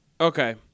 Okay